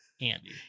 Andy